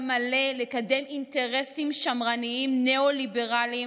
מלא לקדם אינטרסים שמרניים ניאו-ליברליים,